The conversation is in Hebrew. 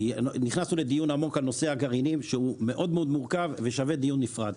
נכנסנו לדיון עמוק על נושא הגרעינים שהוא מאוד מורכב ושווה דיון נפרד.